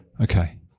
okay